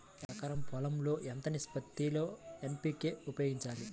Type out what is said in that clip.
ఎకరం పొలం లో ఎంత నిష్పత్తి లో ఎన్.పీ.కే ఉపయోగించాలి?